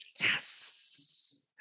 Yes